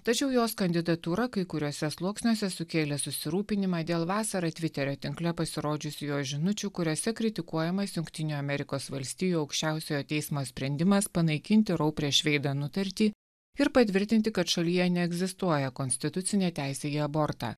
tačiau jos kandidatūrą kai kuriuose sluoksniuose sukėlė susirūpinimą dėl vasarą tviterio tinkle pasirodžiusių jo žinučių kuriose kritikuojama jungtinių amerikos valstijų aukščiausiojo teismo sprendimas panaikinti rau prieš veidą nutartį ir patvirtinti kad šalyje neegzistuoja konstitucinė teisė į abortą